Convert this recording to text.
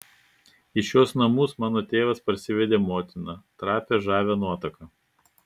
į šiuos namus mano tėvas parsivedė motiną trapią žavią nuotaką